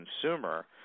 consumer